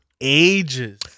ages